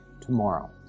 tomorrow